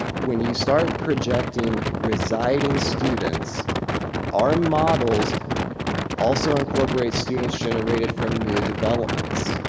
when you start projecting residing students our models also incorporate students generated from new developments.